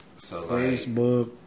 Facebook